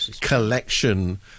collection